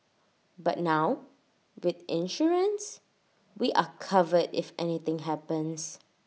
but now with insurance we are covered if anything happens